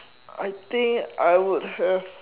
I think I would have